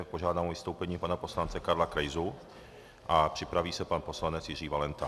Požádám o vystoupení pana poslance Karla Krejzu a připraví se pan poslanec Jiří Valenta.